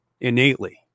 innately